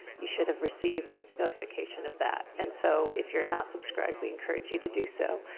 you should have received notification of that. and so, if you're not subscribed, we encourage you to do so.